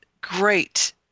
great